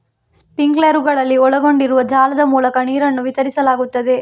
ಸ್ಪ್ರಿಂಕ್ಲರುಗಳಲ್ಲಿ ಒಳಗೊಂಡಿರುವ ಜಾಲದ ಮೂಲಕ ನೀರನ್ನು ವಿತರಿಸಲಾಗುತ್ತದೆ